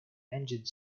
engine